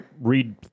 read